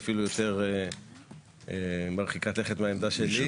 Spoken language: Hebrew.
היא אפילו יותר מרחיקת לכת מהעמדה שלי.